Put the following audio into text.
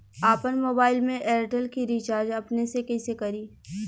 आपन मोबाइल में एयरटेल के रिचार्ज अपने से कइसे करि?